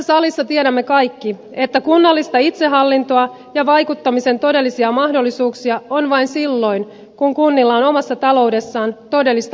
tässä salissa tiedämme kaikki että kunnallista itsehallintoa ja vaikuttamisen todellisia mahdollisuuksia on vain silloin kun kunnilla on omassa taloudessaan todellista liikkumavaraa